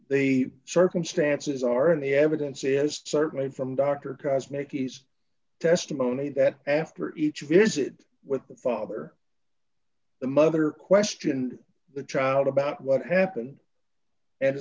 the circumstances are in the evidence is certainly from dr cosmic he's testimony that after each visit with the father the mother questioned the child about what happened a